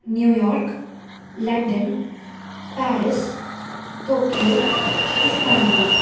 New York London Paris Tokyo Istanbul